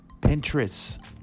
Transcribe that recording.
Pinterest